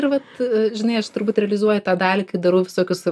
ir vat žinai aš turbūt realizuoju tą dalį kai darau visokius